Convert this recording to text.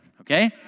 Okay